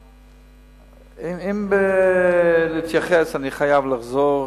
אם להתייחס, אני חייב לחזור